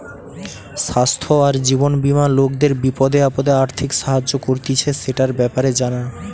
স্বাস্থ্য আর জীবন বীমা লোকদের বিপদে আপদে আর্থিক সাহায্য করতিছে, সেটার ব্যাপারে জানা